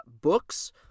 books